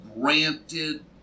granted